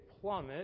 plummet